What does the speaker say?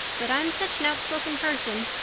but i'm such an outspoken person.